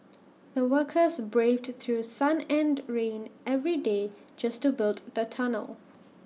the workers braved through sun and rain every day just to build the tunnel